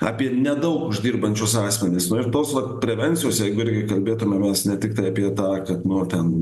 apie nedaug uždirbančius asmenis ir tos vat prevencijos jeigu irgi kalbėtume mes ne tiktai apie tą kad nu ten